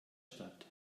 statt